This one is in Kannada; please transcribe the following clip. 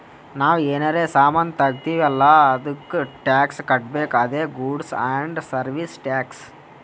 ನಾವ್ ಏನರೇ ಸಾಮಾನ್ ತಗೊತ್ತಿವ್ ಅಲ್ಲ ಅದ್ದುಕ್ ಟ್ಯಾಕ್ಸ್ ಕಟ್ಬೇಕ್ ಅದೇ ಗೂಡ್ಸ್ ಆ್ಯಂಡ್ ಸರ್ವೀಸ್ ಟ್ಯಾಕ್ಸ್